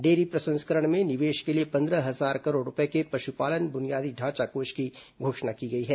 dairy प्रसंस्करण में निवेश के लिए पंद्रह हजार करोड़ रूपये के पश्पालन बुनियादी ढांचा कोष की घोषणा की गई है